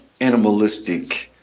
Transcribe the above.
animalistic